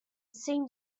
seemed